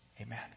Amen